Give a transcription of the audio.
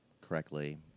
correctly